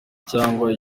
cyangwa